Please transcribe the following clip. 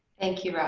thank you, ross.